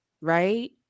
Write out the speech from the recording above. right